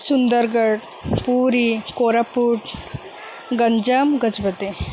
Sundargarh Puri Koraput Ganjam Gajapati